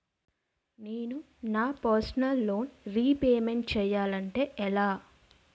నేను నా personal loan repayment చేయాలంటే ఎలా?